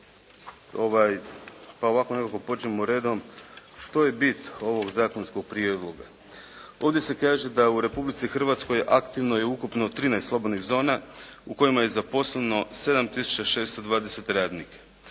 Pa ovako nekako, počnimo redom. Što je bit ovog zakonskog prijedloga? Ovdje se kaže da u Republici Hrvatskoj aktivno je ukupno 13 slobodnih zona u kojima je zaposleno 7 tisuća 620 radnika.